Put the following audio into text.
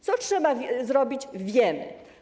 Co trzeba zrobić, wiemy.